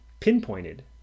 pinpointed